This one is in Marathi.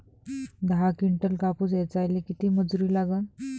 दहा किंटल कापूस ऐचायले किती मजूरी लागन?